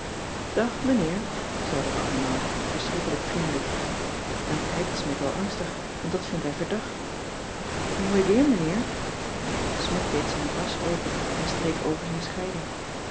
dag meneer zeiden we allemaal verschrikkelijk vriendelijk dan kijkt smidt al angstig want dat vindt hij verdacht mooi weer meneer smidt deed zijn tasch open en streek over zijn scheiding